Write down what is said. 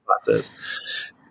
classes